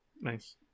Nice